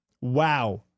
Wow